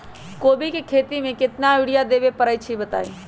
कोबी के खेती मे केतना यूरिया देबे परईछी बताई?